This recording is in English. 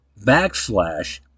backslash